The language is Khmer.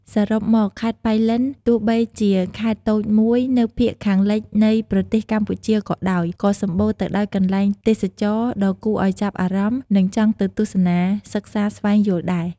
សរុបមក ខេត្តប៉ៃលិន ទោះបីជាខេត្តតូចមួយនៅភាគខាងលិចនៃប្រទេសកម្ពុជាក៏ដោយ ក៏សម្បូរទៅដោយកន្លែងទេសចរណ៍ដ៏គួរឱ្យចាប់អារម្មណ៍និងចង់ទៅទស្សនាសិក្សាស្វែងយល់ដែរ។